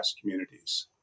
communities